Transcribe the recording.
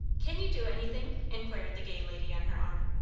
can you do anything? inquired the gay lady on her arm.